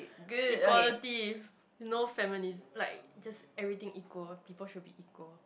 equality no feminism like just everything equal people should be equal